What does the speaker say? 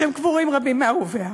שם קבורים רבים מאהוביה,